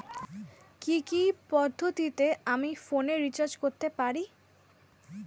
কি কি পদ্ধতিতে আমি ফোনে রিচার্জ করতে পারি?